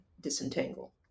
disentangle